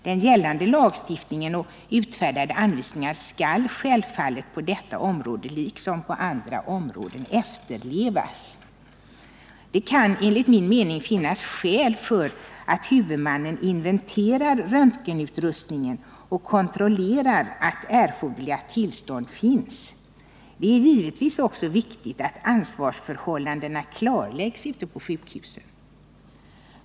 Den gällande lagstiftningen och utfärdade anvisningar skall självfallet efterlevas, på detta område liksom på andra. Det kan enligt min mening finnas skäl för att huvudmannen inventerar röntgenutrustningen och kontrollerar att erforderliga tillstånd finns. Det är givetvis också viktigt att ansvarsförhållandena ute på sjukhusen klarläggs.